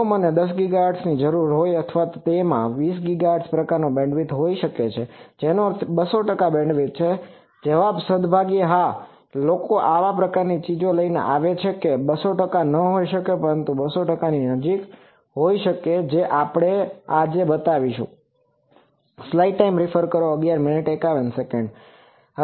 જો મને 10 ગીગાહર્ટઝ ની જરૂર હોય અથવા તેમાં 20 ગીગાહર્ટ્ઝ પ્રકારનો બેન્ડવિડ્થ હોઈ શકે છે જેનો અર્થ 200 ટકા બેન્ડવિડ્થ છે જવાબ સદભાગ્યે છે હા લોકો આવી પ્રકારની ચીજો લઈને આવે છે કે 200 ટકા ન હોઈ શકે પરંતુ 200 ટકાની નજીક હોઈ શકે જે આપણે આજે બતાવીશું